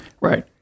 Right